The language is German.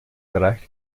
reichte